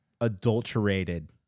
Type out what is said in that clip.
adulterated